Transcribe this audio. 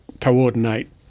coordinate